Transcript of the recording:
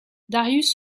darius